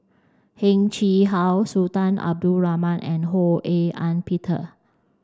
Heng Chee How Sultan Abdul Rahman and Ho A Ean Peter